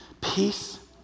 Peace